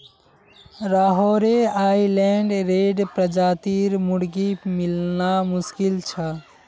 Rhode Island red प्रजातिर मुर्गी मिलना मुश्किल छ